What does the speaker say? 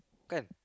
come